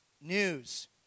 News